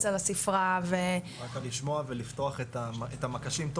על הספרה ו- -- רק לשמוע ולפתוח את המקשים,